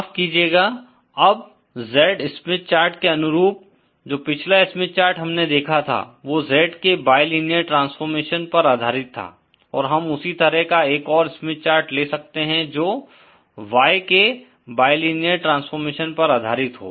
माफ़ कीजियेगा अब Z स्मिथ चार्ट के अनुरूप जो पिछला स्मिथ चार्ट हमने देखा था वो Z के बाईलीनियर ट्रांसफॉर्मेशन पर आधारित था और हम उसी तरह का एक और स्मिथ चार्ट ले सकते हैं जो Y के बाईलीनियर ट्रांसफॉर्मेशन पर आधारित हो